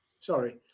Sorry